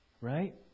Right